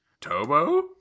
Tobo